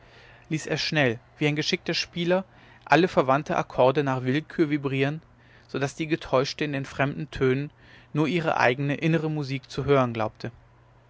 ließ er schnell wie ein geschickter spieler alle verwandte akkorde nach willkür vibrieren so daß die getäuschte in den fremden tönen nur ihre eigne innere musik zu hören glaubte